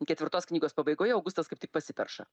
ketvirtos knygos pabaigoje augustas kaip tik pasiperša